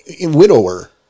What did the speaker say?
widower